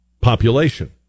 population